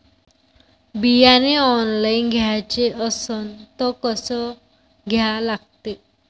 बियाने ऑनलाइन घ्याचे असन त कसं घ्या लागते?